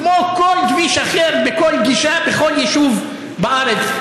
כמו בכל כביש אחר, בכל גישה, בכל יישוב בארץ.